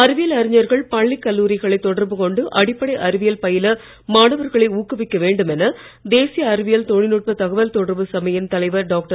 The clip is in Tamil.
அறிவியல் அறிஞர்கள் பள்ளிக் கல்லூரிகளை தொடர்பு கொண்டு அடிப்படை அறிவியல் பயில மாணவர்களை ஊக்குவிக்க வேண்டும் என தேசிய அறிவியல் தொழில்நுட்ப தகவல் தொடர்பு சபையின் தலைவர் டாக்டர்